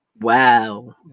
Wow